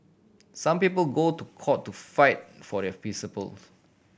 some people go to court to fight for their principles